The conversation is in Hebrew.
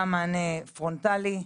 גם מענה פרונטלי.